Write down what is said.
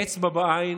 אצבע בעין